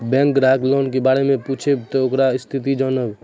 Bank ग्राहक loan के बारे मैं पुछेब ते ओकर स्थिति जॉनब?